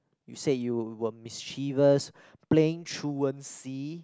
you said you were mischievous playing truancy